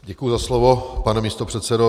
Děkuji za slovo, pane místopředsedo.